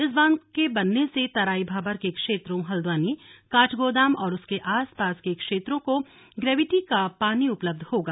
इस बांध के बनने से तराई भाबर के क्षेत्रों हल्द्वानी काठगोदाम और उसके आस पास के क्षेत्रों को ग्रेविटी का पानी उपलब्ध होगा